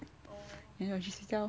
then 我去睡觉 lor